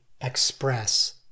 express